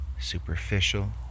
superficial